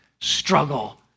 struggle